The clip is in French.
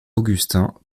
augustin